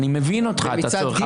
אני מבין את הצורך שלך,